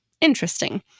Interesting